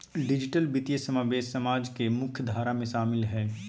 digital वित्तीय समावेश समाज के मुख्य धारा में शामिल हइ